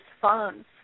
funds